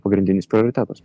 pagrindinis prioritetas